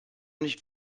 nicht